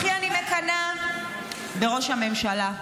הכי אני מקנאה בראש הממשלה.